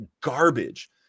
garbage